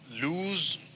lose